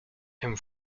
aime